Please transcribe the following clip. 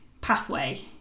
pathway